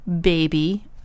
baby